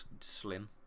slim